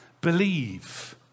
Believe